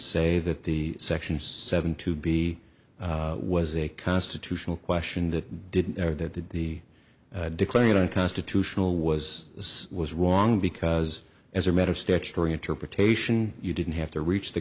say that the section seven to be was a constitutional question that didn't or that the declared unconstitutional was was wrong because as a matter of statutory interpretation you didn't have to reach the